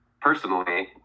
personally